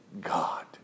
God